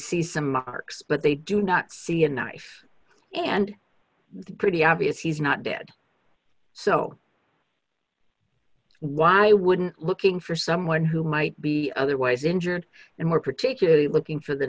see some marks but they do not see a knife and that pretty obvious he's not dead so why wouldn't looking for someone who might be otherwise injured and we're particularly looking for th